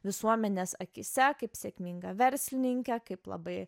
visuomenės akyse kaip sėkminga verslininkė kaip labai